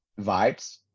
Vibes